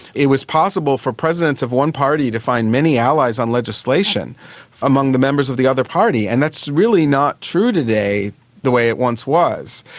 it was possible for presidents of one party to find many allies on legislation among the members of the other party, and that's really not true today the way it once was.